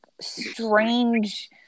strange